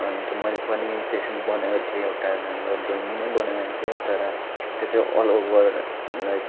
अन्त मैले पनि त्यसै बनाएको थिएँ एउटा राम्रो ड्रोइङ नै बनाएको थिएँ तर त्यो चाहिँ अल ओभर लाइक